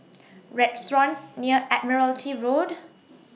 restaurants near Admiralty Road